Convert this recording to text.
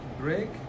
break